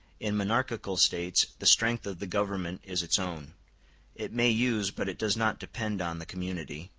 in monarchical states the strength of the government is its own it may use, but it does not depend on, the community,